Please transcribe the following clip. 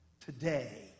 Today